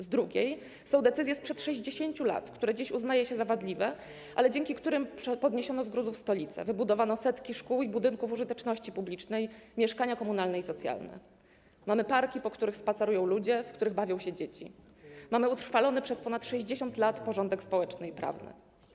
Z drugiej strony są decyzje sprzed 60 lat, które dziś uznaje się za wadliwe, ale dzięki którym podniesiono z gruzów stolicę, wybudowano setki szkół i budynków użyteczności publicznej, mieszkania komunalne i socjalne, mamy parki, po których spacerują ludzie, w których bawią się dzieci, mamy utrwalony przez ponad 60 lat porządek społeczny i prawny.